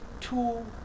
two